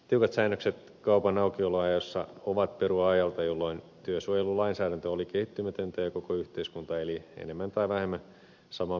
tiukat säännökset kaupan aukioloajoissa ovat perua ajalta jolloin työsuojelulainsäädäntö oli kehittymätöntä ja koko yhteiskunta eli enemmän tai vähemmän saman viikkorytmin mukaan